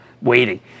waiting